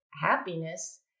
happiness